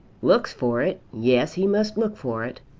looks for it! yes he must look for it.